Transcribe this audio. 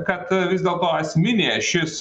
kad vis dėlto esminė ašis